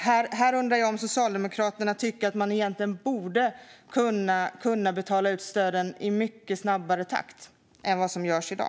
Här undrar jag om Socialdemokraterna tycker att man egentligen borde kunna betala ut stöden i mycket snabbare takt än vad som görs i dag.